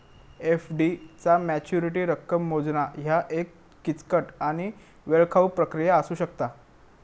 FD चा maturity रक्कम मोजणा ह्या एक किचकट आणि वेळखाऊ प्रक्रिया असू शकता